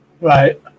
Right